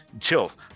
chills